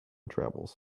travels